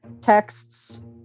texts